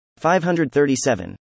537